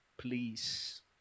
Please